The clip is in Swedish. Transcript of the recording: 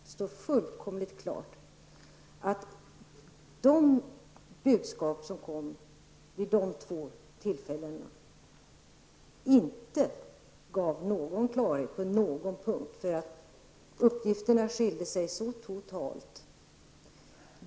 Det står nu fullkomligt klart att de budskap som vi fick vid dessa två tillfällen inte gav någon klarhet på någon punkt. Uppgifterna skiljde sig totalt.